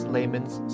Layman's